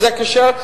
וזה כשֵר,